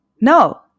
no